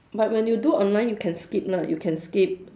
but when you do online you can skip lah you can skip